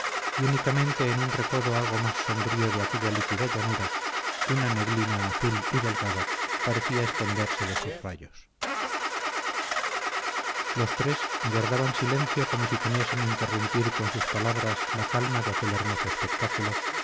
y únicamente en un recodo algo más sombrío de aquella líquida llanura una neblina azul y delgada parecía esconderse de sus rayos los tres guardaban silencio como si temiesen interrumpir con sus palabras la calma de aquel hermoso espectáculo